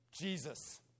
Jesus